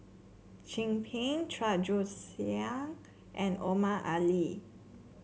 Chin Peng Chua Joon Siang and Omar Ali